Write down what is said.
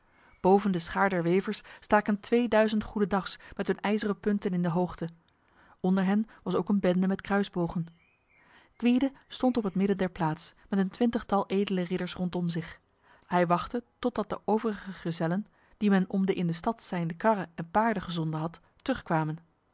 boven de schaar der wevers staken tweeduizend goedendags met hun ijzeren punten in de hoogte onder hen was ook een bende met kruisbogen gwyde stond op het midden der plaats met een twintigtal edele ridders rondom zich hij wachtte totdat de overige gezellen die men om de in de stad zijnde karren en paarden gezonden had terugkwamen